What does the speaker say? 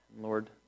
Lord